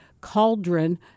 cauldron